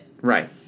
Right